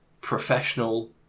professional